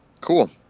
Cool